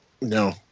No